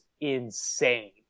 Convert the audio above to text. insane